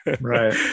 right